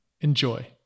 Enjoy